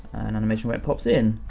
an animation where it pops in.